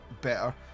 better